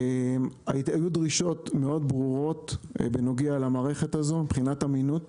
היו דרישות ברורות מאוד מבחינת אמינות